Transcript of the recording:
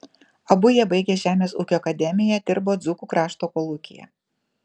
abu jie baigę žemės ūkio akademiją dirbo dzūkų krašto kolūkyje